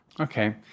Okay